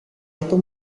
itu